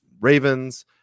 Ravens